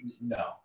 no